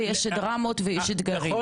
דרמות ואתגרים.